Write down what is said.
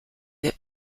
that